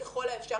ככל האפשר.